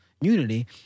unity